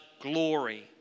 glory